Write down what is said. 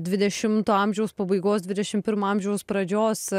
dvidešimto amžiaus pabaigos dvidešim pirmo amžiaus pradžios